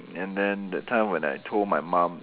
and then that time when I told my mum